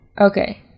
Okay